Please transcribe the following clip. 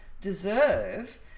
deserve